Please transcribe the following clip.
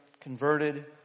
converted